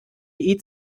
eat